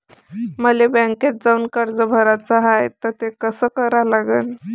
मले बँकेत जाऊन कर्ज भराच हाय त ते कस करा लागन?